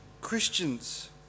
Christians